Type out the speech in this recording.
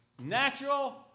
natural